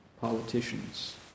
politicians